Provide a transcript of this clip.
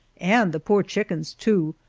and the poor chickens, too,